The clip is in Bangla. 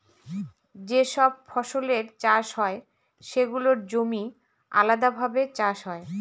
যে সব ফসলের চাষ হয় সেগুলোর জমি আলাদাভাবে চাষ হয়